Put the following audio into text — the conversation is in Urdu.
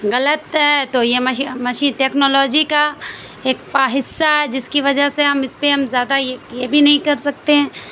غلط ہے تو یہ ٹیکنالوجی کا ایک پا حصہ ہے جس کی وجہ سے ہم اس پہ ہم زیادہ یہ یہ بھی نہیں کر سکتے ہیں